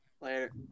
Later